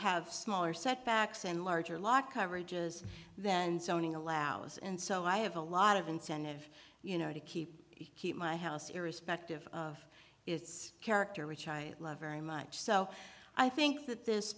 have smaller setbacks and larger law coverages than zoning allows and so i have a lot of incentive you know to keep keep my house irrespective of its character which i love very much so i think that this